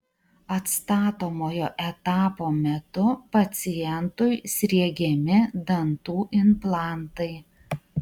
atstatomojo etapo metu pacientui sriegiami dantų implantai